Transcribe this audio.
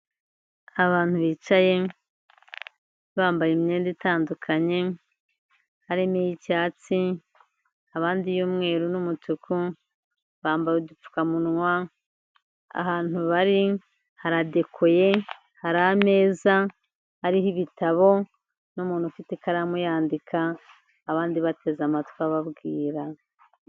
Abantu bicaye, bambaye imyenda itandukanye, harimo iy'icyatsi, abandi iy'umweru n'umutuku, bambaye udupfukamunwa, ahantu bari, haradekoye, hari ameza, ariho ibitabo, n'umuntu ufite ikaramu yandika, abandi bateze amatwi ababwira.